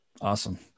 awesome